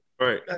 Right